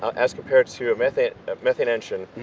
ah as compared to a methane ah methane engine?